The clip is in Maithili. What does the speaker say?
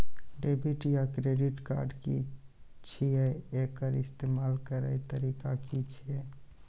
डेबिट या क्रेडिट कार्ड की छियै? एकर इस्तेमाल करैक तरीका की छियै?